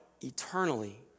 Eternally